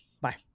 Bye